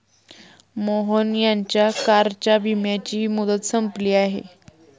मोहन यांच्या कारच्या विम्याची मुदत संपली आहे